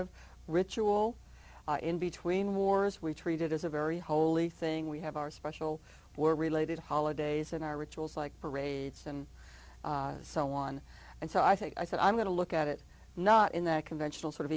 of ritual in between wars we treated as a very holy thing we have our special we're related holidays in our rituals like parades and so on and so i think i said i'm going to look at it not in the conventional sort of